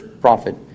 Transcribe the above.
prophet